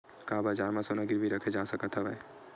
का बजार म सोना गिरवी रखे जा सकत हवय?